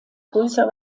größer